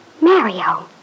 Mario